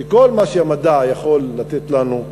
בכל מה שהמדע יכול לתת לנו,